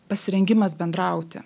pasirengimas bendrauti